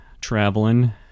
traveling